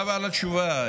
התשובה.